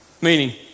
Meaning